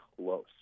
close